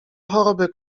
choroby